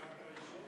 נפגעת אישית?